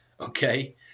Okay